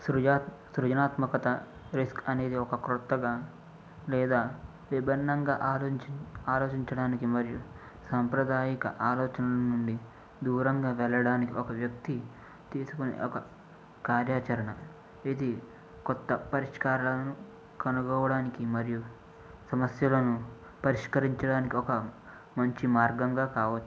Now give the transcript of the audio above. సృయ సృజనాత్మకత రిస్క్ అనేది ఒక క్రొత్తగ లేదా విభిన్నంగా ఆరో ఆలోచించడానికి మరియు సంప్రదాయక ఆలోచనలు నుండి దూరంగా వెళ్ళడానికి ఒక వ్యక్తి తీసుకునే ఒక కార్యాచరణ ఇది కొత్త పరిష్కారం కనుగోడానికి మరియు సమస్యలను పరిష్కరించడానికి ఒక మంచి మార్గంగా కావచ్చు